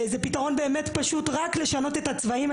זה פתרון באמת פשוט, רק לשנות את הצבעים.